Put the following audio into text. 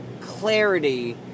clarity